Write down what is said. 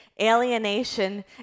alienation